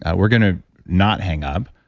ah we're going to not hang up,